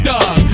Dog